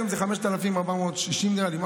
היום זה 5,460 נראה לי,